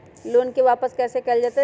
Loan के वापस कैसे कैल जतय?